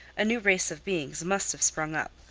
a new race of beings must have sprung up,